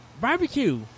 Barbecue